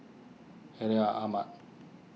Ahmad